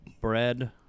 bread